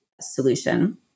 solution